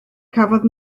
cafodd